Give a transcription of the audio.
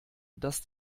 dass